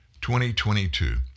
2022